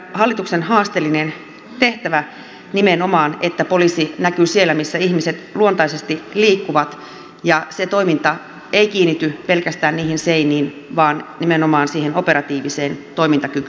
hallituksen haasteellinen tehtävä nimenomaan on että poliisi näkyy siellä missä ihmiset luontaisesti liikkuvat ja se toiminta ei kiinnity pelkästään niihin seiniin vaan nimenomaan siihen operatiiviseen toimintakykyyn